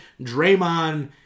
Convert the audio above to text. Draymond